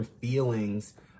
feelings